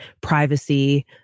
privacy